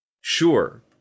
Sure